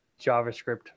JavaScript